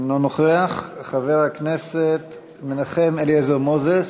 אינו נוכח, חבר הכנסת מנחם אליעזר מוזס,